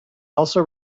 also